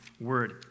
word